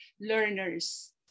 learners